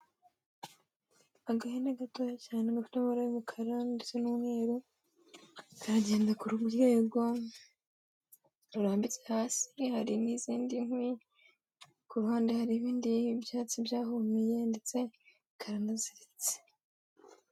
Agahene gatoya cyane gafite amabara y'umukara ndetse n'umweru, karagenda ku rwego rurambitse hasi, hari n'izindi nkwi, ku ruhande hari ibindi byatsi byahumiye ndetse karanaziritse.